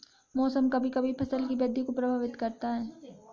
मौसम कभी कभी फसल की वृद्धि को प्रभावित करता है